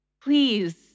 please